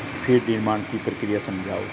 feed निर्माण की प्रक्रिया समझाओ